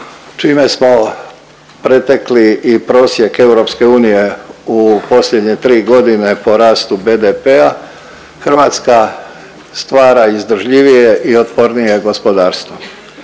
čime smo pretekli i prosjek EU u posljednje tri godine po rastu BDP-a, Hrvatska stvara izdržljivije i otpornije gospodarstvo.